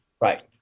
right